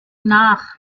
nach